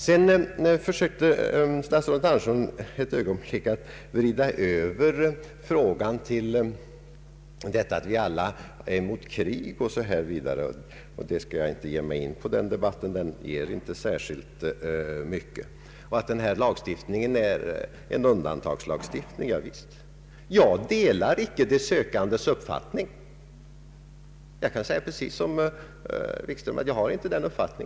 Sedan försökte statsrådet ett ögonblick vrida över frågan till det att vi alla är emot krig osv. En sådan debatt skall jag inte gå in på, ty den skulle inte ge särskilt mycket. Att lagstiftningen i fråga är en undantagslagstiftning håller jag med om. Jag delar icke de sökandes uppfattning. Jag kan säga precis som herr Wikström att jag inte har deras uppfattning.